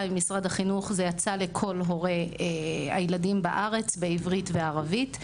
עם משרד החינוך זה יצא לכל הורי הילדים בארץ בעברית ואנגלית.